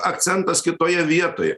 akcentas kitoje vietoje